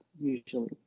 usually